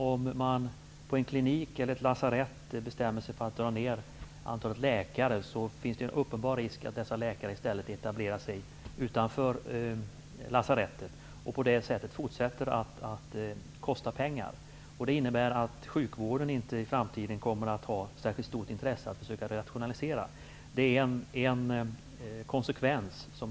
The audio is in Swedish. Om man på en klinik eller på ett lasarett bestämmer sig för att minska antalet läkare finns det en uppenbar risk att dessa läkare i stället etablerar sig utanför lasarettet och på det sättet fortsätter att kosta pengar. Det innebär att sjukvården i framtiden inte kommer att ha särskilt stort intresse av att rationalisera. Det är en möjlig konsekvens.